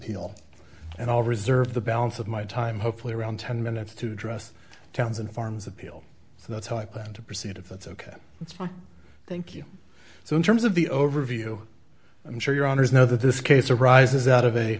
appeal and i'll reserve the balance of my time hopefully around ten minutes to address towns and farms appeal so that's how i plan to proceed if that's ok that's fine thank you so in terms of the overview i'm sure your honour's know that this case arises out of a